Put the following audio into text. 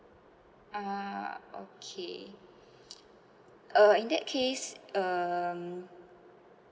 ah okay uh in that case um